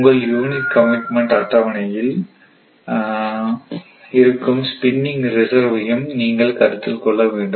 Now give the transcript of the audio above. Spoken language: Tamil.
உங்கள் யூனிட் கமிட்மெண்ட் அட்டவணையில் இருக்கும் ஸ்பின்னிங் ரிசர்வ் யும் நீங்கள் கருத்தில் கொள்ள வேண்டும்